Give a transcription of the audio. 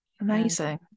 Amazing